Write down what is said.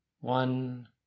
One